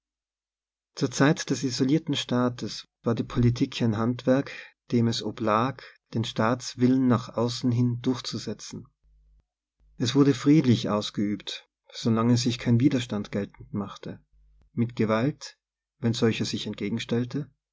zur zeit des isolierten staates war die politik ein handwerk dem es oblag den staatswillen nach außen hin durchzusetzen es wurde friedlich aus geübt solange sich kein widerstand geltend machte mit gewalt wenn solcher sich entgegenstellte